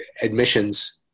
admissions